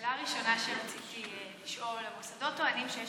השאלה הראשונה שרציתי לשאול: המוסדות טוענים שיש